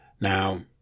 Now